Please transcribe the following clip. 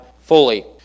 fully